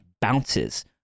bounces